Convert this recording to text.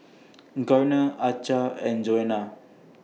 Garner Achsah and Johanna